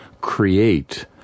create